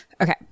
Okay